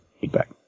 feedback